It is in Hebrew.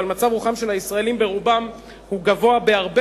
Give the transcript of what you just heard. אבל מצב רוחם של הישראלים ברובם הוא גבוה בהרבה